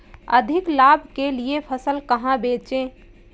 अधिक लाभ के लिए फसल कहाँ बेचें?